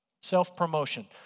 Self-promotion